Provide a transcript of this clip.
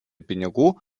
pinigų